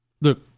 look